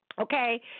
okay